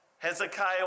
Hezekiah